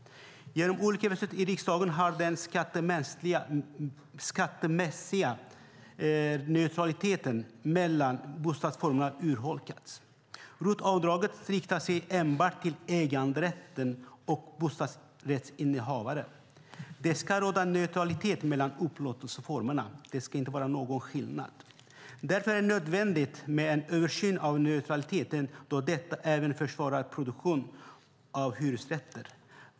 Genom olika beslut i riksdagen har den skattemässiga neutraliteten mellan bostadsformerna urholkats. ROT-avdraget riktas enbart till dem som äger sin bostad och bostadsrättsinnehavare. Det ska råda neutralitet mellan upplåtelseformerna. Det ska inte vara någon skillnad. Därför är det nödvändigt med en översyn av neutraliteten då detta även försvårar produktion av hyresrätter.